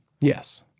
Yes